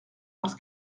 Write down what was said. parce